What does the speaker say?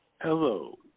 Hello